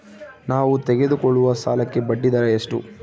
ನಾವು ತೆಗೆದುಕೊಳ್ಳುವ ಸಾಲಕ್ಕೆ ಬಡ್ಡಿದರ ಎಷ್ಟು?